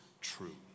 true